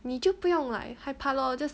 你就不用 like 害怕 loh just